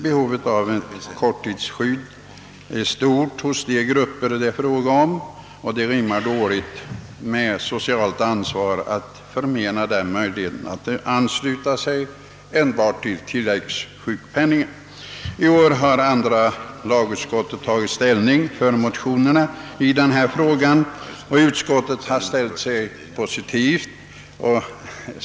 Behovet av korttidsskydd är stort hos de grupper det är fråga om, och det rimmar dåligt med socialt ansvar att förmena dem möjlighet att ansluta sig enbart till försäkring för tilläggssjukpenning. I år har andra lagutskottet ställt sig positivt till motionerna.